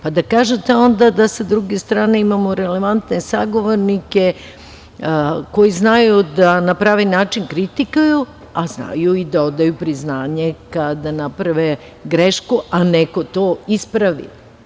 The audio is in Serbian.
Pa da kažete onda da sa druge strane imamo relevantne sagovornike, koji znaju da na pravi način kritikuju, a znaju i da odaju priznanje kada naprave grešku, a neko to ispravi.